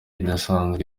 idasanzwe